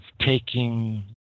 taking